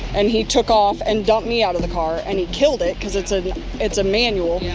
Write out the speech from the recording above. and he took off and dumped me out of the car. and he killed it, because it's ah it's a manual. yeah